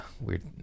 weird